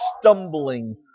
stumbling